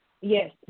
Yes